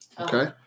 okay